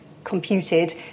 Computed